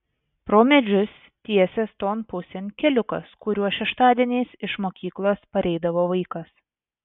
pro medžius tiesės ton pusėn keliukas kuriuo šeštadieniais iš mokyklos pareidavo vaikas